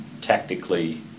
tactically